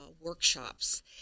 workshops